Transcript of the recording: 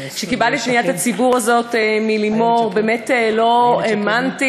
כשקיבלתי את פניית הציבור הזאת מלימור באמת לא האמנתי